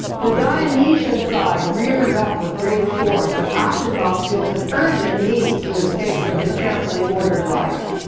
the dionysian side rears up with great force and aschenbach feels an urgent need to escape from his carefully ordered life.